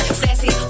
sassy